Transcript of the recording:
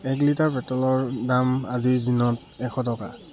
এক লিটাৰ পেট্ৰলৰ দাম আজিৰ দিনত এশ টকা